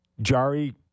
Jari